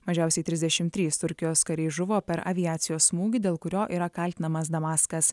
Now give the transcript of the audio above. mažiausiai trisdešimt trys turkijos kariai žuvo per aviacijos smūgį dėl kurio yra kaltinamas damaskas